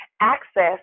access